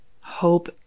hope